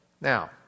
Now